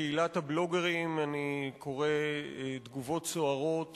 בקהילת הבלוגרים אני קורא תגובות סוערות